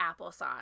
applesauce